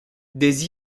des